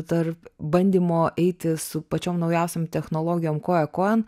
tarp bandymo eiti su pačiom naujausiom technologijom koja kojon